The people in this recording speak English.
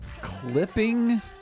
clipping –